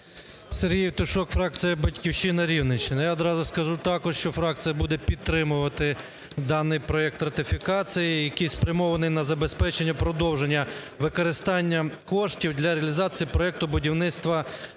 Сергій Євтушок, фракція "Батьківщина", Рівненщина. Я одразу скажу також, що фракція буде підтримувати даний проект ратифікації, який спрямований на забезпечення продовження використання коштів для реалізації проекту будівництва високовольтної